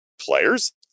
players